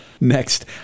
Next